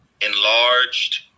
enlarged